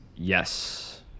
yes